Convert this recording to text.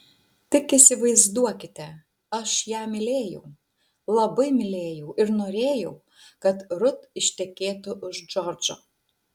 tik įsivaizduokite aš ją mylėjau labai mylėjau ir norėjau kad rut ištekėtų už džordžo